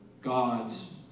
God's